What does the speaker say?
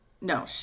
No